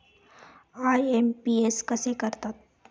IMPS कसे करतात?